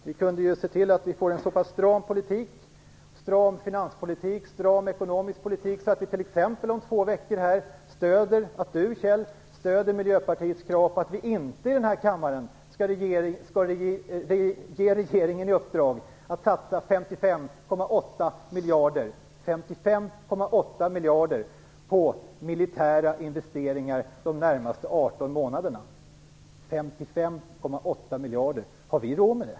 Vi kunde se till att vi får en så pass stram politik - finanspolitik och ekonomisk politik - att Kjell Ericsson t.ex. om två veckor här stöder Miljöpartiets krav på att i denna kammare inte ge regeringen i uppdrag att satsa 55,8 miljarder kronor på militära investeringar under de närmaste 18 månaderna. 55,8 miljarder - har vi råd med det?